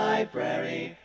Library